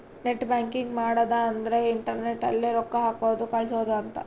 net banking ಮಾಡದ ಅಂದ್ರೆ internet ಅಲ್ಲೆ ರೊಕ್ಕ ಹಾಕೋದು ಕಳ್ಸೋದು ಅಂತ